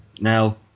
now